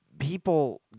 People